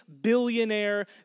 billionaire